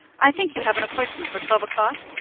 i think you have an appointment for twelve o'clock?